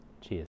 Cheers